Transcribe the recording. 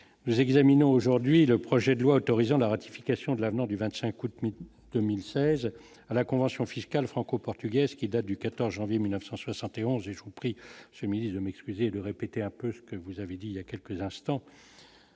nous examine aujourd'hui le projet de loi autorisant la ratification de l'avenant du 25 août 2016 à la convention fiscale franco-portugaise qui date du 14 janvier 1971 je compris ce milices de m'excuser de répéter un peu ce que vous avez dit il y a quelques instants.